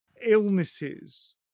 illnesses